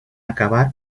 acabar